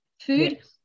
food